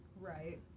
Right